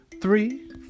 three